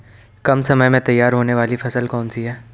कम समय में तैयार होने वाली फसल कौन सी है?